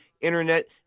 Internet